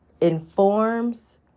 informs